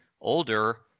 older